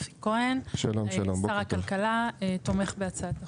שר הכלכלה תומך בהצעת החוק.